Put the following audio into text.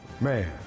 man